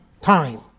time